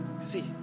See